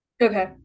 Okay